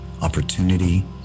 opportunity